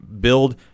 build